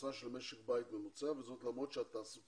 מההכנסה של משק בית ממוצע וזאת למרות שהתעסוקה